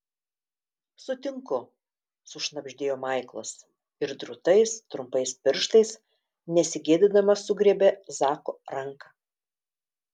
sutinku sušnabždėjo maiklas ir drūtais trumpais pirštais nesigėdydamas sugriebė zako ranką